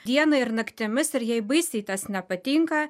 dieną ir naktimis ir jai baisiai tas nepatinka